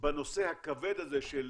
בנושא הכבד הזה של